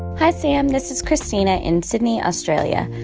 hi, sam. this is christina in sydney, australia.